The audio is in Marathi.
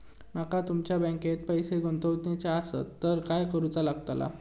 माका तुमच्या बँकेत पैसे गुंतवूचे आसत तर काय कारुचा लगतला?